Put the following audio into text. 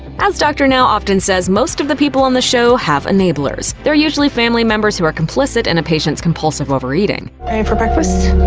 as dr. now often says, most of the people on the show have enablers. they're usually family members who are complicit in a patient's compulsive overeating. ready for breakfast?